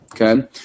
Okay